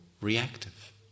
reactive